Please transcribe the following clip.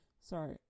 Sorry